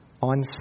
on